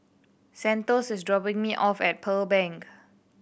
Santos is dropping me off at Pearl Bank